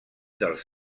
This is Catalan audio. dels